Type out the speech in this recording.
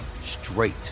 straight